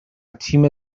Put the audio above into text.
تیم